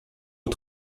aux